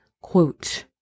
quote